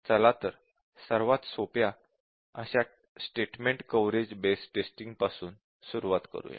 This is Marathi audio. चला तर सर्वात सोप्या अशा स्टेटमेंट कव्हरेज बेस्ड टेस्टिंग पासून सुरुवात करूया